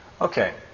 Okay